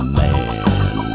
man